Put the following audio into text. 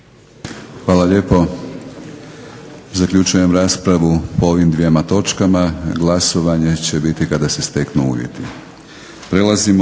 Hvala lijepo. Zaključujem raspravu po ovim dvjema točkama. Glasovanje će biti kada se steknu uvjeti.